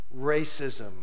racism